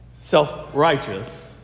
self-righteous